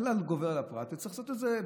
הכלל גובר על הפרט וצריך לעשות את זה.